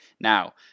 Now